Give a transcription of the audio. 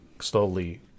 slowly